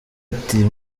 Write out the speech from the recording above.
ati